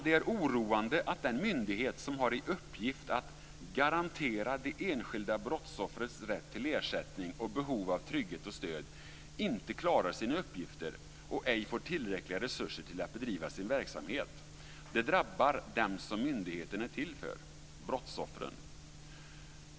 Det är oroande att den myndighet som har i uppgift att garantera de enskilda brottsoffrens rätt till ersättning och behov av trygghet och stöd inte klarar sina uppgifter och ej får tillräckliga resurser till att bedriva sin verksamhet. Det drabbar dem som myndigheten är till för: brottsoffren.